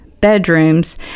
bedrooms